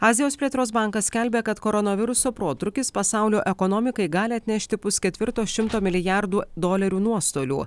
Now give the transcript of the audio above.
azijos plėtros bankas skelbia kad koronaviruso protrūkis pasaulio ekonomikai gali atnešti pusketvirto šimto milijardų dolerių nuostolių